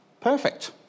perfect